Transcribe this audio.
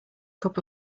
cup